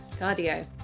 Cardio